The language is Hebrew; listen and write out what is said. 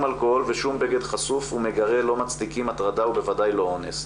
אלכוהול ושום בגד חשוף ומגרה לא מצדיקים הטרדה ובוודאי לא אונס.